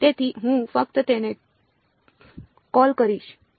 તેથી હું ફક્ત તેને કૉલ કરીશ અને